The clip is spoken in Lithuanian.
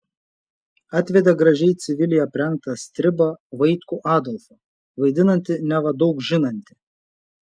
atvedė gražiai civiliai aprengtą stribą vaitkų adolfą vaidinantį neva daug žinantį